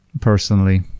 personally